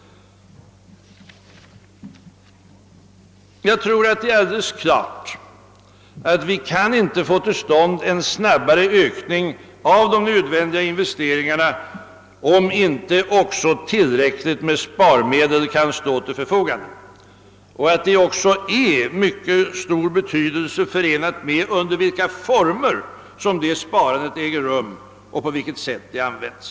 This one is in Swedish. Jag tror att det är alldeles klart att vi inte kan få till stånd en snabbare ökning av de nödvändiga investeringarna om inte också tillräcklig mängd sparmedel kan ställas till förfogande. Det är av mycket stor betydelse under vilka former detta sparande äger rum och på vilket sätt pengarna används.